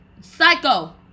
Psycho